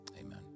Amen